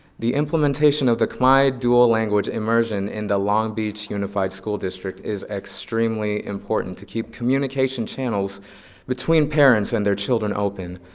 the implementation of the khmer dual language immersion in the long beach unified school district is extremely important to keep communication channels between parents and their children open.